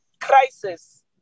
crisis